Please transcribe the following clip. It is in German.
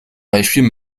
beispiel